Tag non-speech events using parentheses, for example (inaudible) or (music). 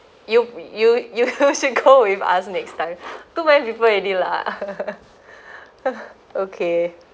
you you you you (laughs) should go with us next time too many people already lah (laughs) okay